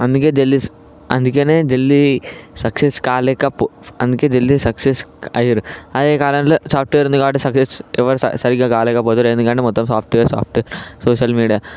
అందుకే జల్ది అందుకనే జల్ది సక్సెస్ కాలేక అందుకే జల్ది సక్సెస్ అయ్యారు ఈ కాలంలో సాఫ్ట్వేర్ ఉంది కాబట్టి సక్సెస్ ఎవరు సరిగా కాలేకపోతురు ఎందుకంటే మొత్తం సాక్స్ సాఫ్ట్వేర్ సాఫ్ట్వేర్ సోషల్ మీడియా